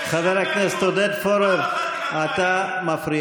ואת זה,